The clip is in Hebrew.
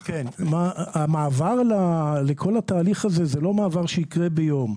כן, המעבר לכל התהליך הזה, זה לא מעבר שיקרה ביום.